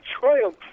triumph